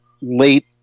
late